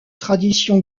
tradition